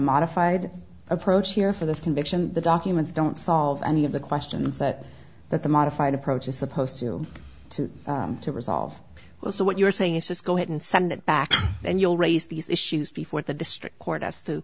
modified approach here for this conviction the documents don't solve any of the questions that that the modified approach is supposed to to to resolve well so what you're saying is just go ahead and send it back and you'll raise these issues before the district court as to